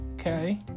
Okay